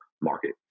market